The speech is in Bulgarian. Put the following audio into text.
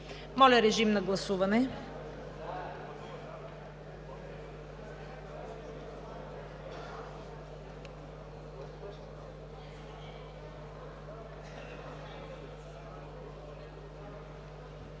Моля, режим на гласуване.